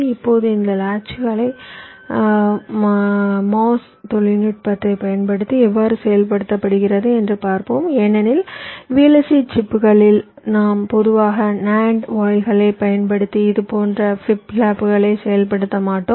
இப்போது இந்த லாட்ச்களைப் MOS தொழில்நுட்பத்தைப் பயன்படுத்தி எவ்வாறு செயல்படுத்தப்படுகிறது என்று பார்ப்போம் ஏனெனில் VLSI சிப்புகளில் நாம் பொதுவாக NAND வாயில்களைப் பயன்படுத்தி இது போன்ற ஃபிளிப் ஃப்ளாப்புகளை செயல்படுத்த மாட்டோம்